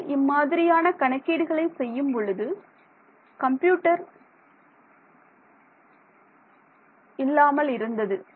முன்பு இம்மாதிரியான கணக்கீடுகளை செய்யும் பொழுது கம்ப்யூட்டர் என்பது இல்லாமல் இருந்தது